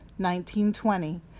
1920